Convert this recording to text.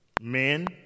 men